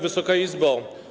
Wysoka Izbo!